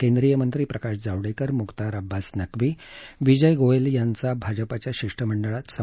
केंद्रीय मंत्री प्रकाश जावडेकर म्ख्तार अब्बास नक्वी विजय गोयल यांचा भाजपाच्या शिष्टमंडळात समावेश होता